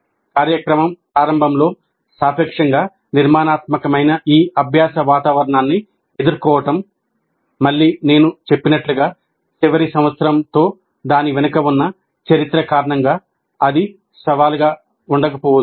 కార్యక్రమం ప్రారంభంలో సాపేక్షంగా నిర్మాణాత్మకమైన ఈ అభ్యాస వాతావరణాన్ని ఎదుర్కోవడం మళ్ళీ నేను చెప్పినట్లుగా చివరి సంవత్సరంతో దాని వెనుక ఉన్న చరిత్ర కారణంగా అది సవాలుగా ఉండకపోవచ్చు